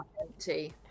empty